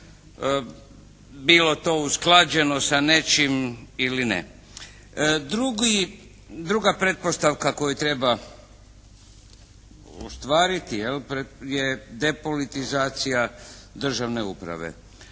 bilo to usklađeno sa nečim ili ne. Drugi, druga pretpostavka koju treba ostvariti jel' je depolitizacija državne uprave.